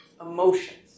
emotions